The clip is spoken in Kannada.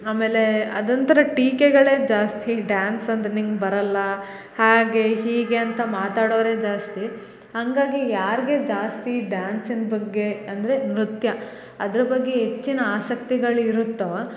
ಆಮೇಲೆ ಅದೊಂಥರ ಟೀಕೆಗಳೇ ಜಾಸ್ತಿ ಡ್ಯಾನ್ಸ್ ಅಂದರೆ ನಿಂಗೆ ಬರಲ್ಲ ಹಾಗೆ ಹೀಗೆ ಅಂತ ಮಾತಾಡೋರೆ ಜಾಸ್ತಿ ಹಾಗಾಗಿ ಯಾರಿಗೆ ಜಾಸ್ತಿ ಡ್ಯಾನ್ಸಿಂದ ಬಗ್ಗೆ ಅಂದರೆ ನೃತ್ಯ ಅದರ ಬಗ್ಗೆ ಹೆಚ್ಚಿನ ಆಸಕ್ತಿಗಳು ಇರುತ್ತೋ